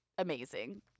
Amazing